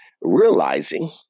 realizing